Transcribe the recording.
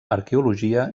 arqueologia